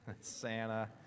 Santa